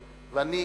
אני,